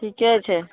ठीके छै